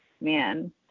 man